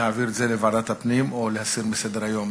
להעביר את זה לוועדת הפנים או להסיר מסדר-היום.